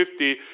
50